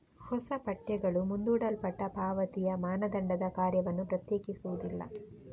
ಹೊಸ ಪಠ್ಯಗಳು ಮುಂದೂಡಲ್ಪಟ್ಟ ಪಾವತಿಯ ಮಾನದಂಡದ ಕಾರ್ಯವನ್ನು ಪ್ರತ್ಯೇಕಿಸುವುದಿಲ್ಲ